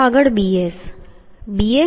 તો આગળ bs